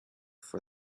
for